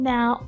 Now